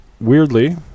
weirdly